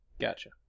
gotcha